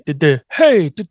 hey